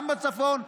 גם בצפון,